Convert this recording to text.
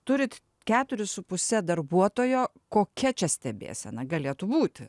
turit keturis su puse darbuotojo kokia čia stebėsena galėtų būti